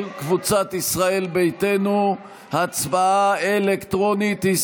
של קבוצת ישראל ביתנו, הצבעה אלקטרונית.